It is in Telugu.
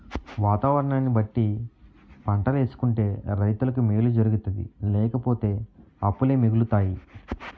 వాతావరణాన్ని బట్టి పంటలేసుకుంటే రైతులకి మేలు జరుగుతాది లేపోతే అప్పులే మిగులుతాయి